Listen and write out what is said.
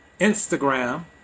Instagram